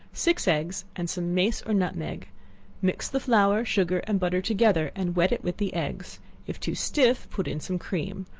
six eggs, and some mace or nutmeg mix the flour, sugar and butter together, and wet it with the eggs if too stiff, put in some cream,